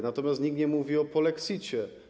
Natomiast nikt nie mówi o polexicie.